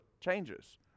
changes